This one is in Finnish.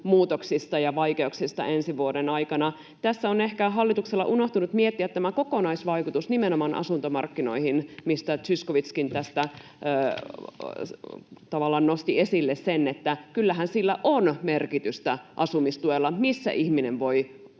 muutoksista ja vaikeuksista ensi vuoden aikana. Tässä on ehkä hallituksella unohtunut miettiä tämä kokonaisvaikutus nimenomaan asuntomarkkinoihin, mistä Zyskowiczkin tavallaan nosti esille, että kyllähän asumistuella on merkitystä siihen, missä ihminen voi asua.